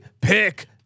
Pick